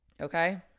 okay